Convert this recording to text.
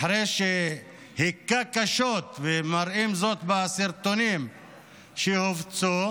אחרי שהכה קשות, ומראים זאת בסרטונים שהופצו: